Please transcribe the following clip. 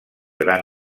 gran